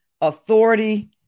authority